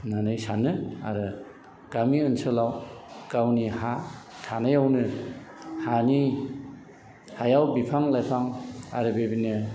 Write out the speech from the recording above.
होननानै सानो आरो गामि ओनसोलाव गावनि हा थानायावनो हानि हायाव बिफां लाइफां आरो बेबिनो